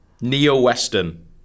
Neo-Western